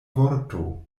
vorto